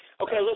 Okay